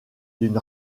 d’une